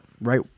right